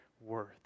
worth